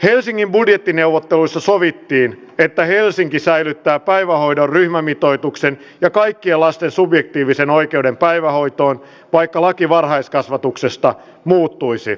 helsingin budjettineuvotteluissa sovittiin että helsinki säilyttää päivähoidon ryhmämitoituksen ja kaikkien lasten subjektiivisen oikeuden päivähoitoon vaikka laki varhaiskasvatuksesta muuttuisi